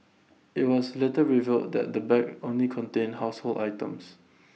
IT was later revealed that the bag only contained household items